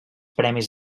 premis